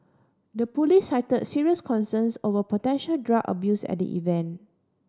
the police cited serious concerns over potential drug abuse at the event